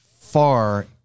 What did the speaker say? far